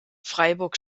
freiburg